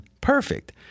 perfect